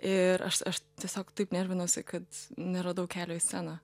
ir aš aš tiesiog taip nervinausi kad neradau kelio į sceną